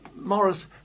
Morris